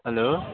hello